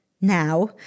Now